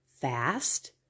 fast